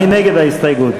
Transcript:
מי נגד ההסתייגות?